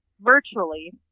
virtually